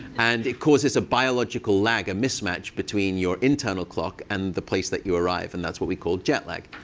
and it causes a biological lag, a mismatch, between your internal clock and the place that you arrive. and that's what we call jet lag.